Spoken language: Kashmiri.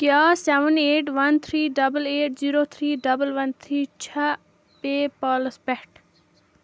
کیٛاہ سٮ۪ون eight one three double eight zero three double one three چھےٚ پے پالس پٮ۪ٹھ؟